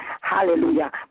hallelujah